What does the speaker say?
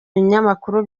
binyamakuru